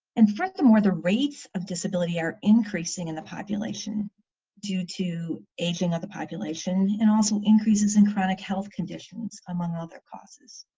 and furthermore the rates of disability are increasing in the population due to aging of the population. and also increases in chronic health conditions among other causes